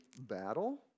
battle